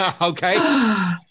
okay